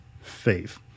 faith